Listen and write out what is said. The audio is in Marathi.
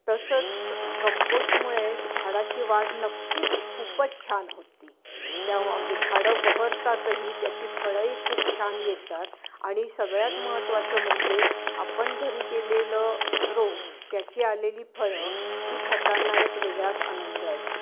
तसंच कंपोस्टमुळे झाडाची वाढ नक्कीच खूपच छान होते त्या झाडं बहरतातही त्याची फळंही खूप छान येतात आणि सगळ्यात महत्त्वाचं म्हणजे आपण घरी केलेलं रोप त्याची आलेली फळं ती खाताना एक वेगळाच आनंद असतो